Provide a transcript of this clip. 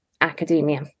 academia